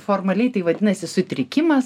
formaliai tai vadinasi sutrikimas